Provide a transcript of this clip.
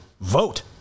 vote